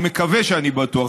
אני מקווה שאני בטוח,